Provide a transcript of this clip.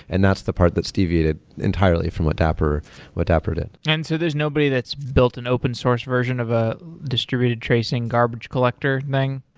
and that's the part that's deviated entirely from what dapper what dapper did and so there's nobody that's built an open source version of a distributed tracing garbage collector thing?